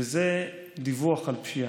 וזה דיווח על פשיעה.